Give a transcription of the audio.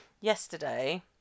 yesterday